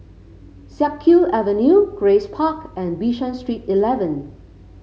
Siak Kew Avenue Grace Park and Bishan Street Eleven